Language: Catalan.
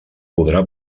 podrà